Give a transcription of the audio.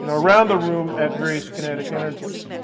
and around the room at various kinetic energies.